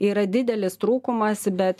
yra didelis trūkumas bet